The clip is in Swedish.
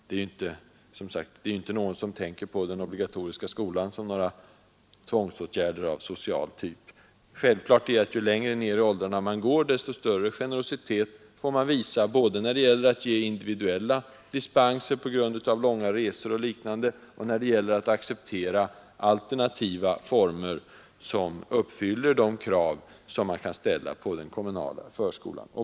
Det är ingen som tänker på den obligatoriska skolan såsom någon tvångsåtgärd av social typ. Självklart är att ju längre ner i åldrarna man går, desto större generositet får man visa, både när det gäller att ge individuella dispenser på grund av långa resvägar och liknande och när det gäller att acceptera alternativa former, som uppfyller de krav som kan ställas på den kommunala förskolan.